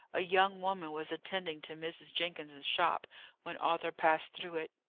a young woman was attending to mrs. jenkins's shop when arthur passed through it.